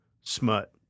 smut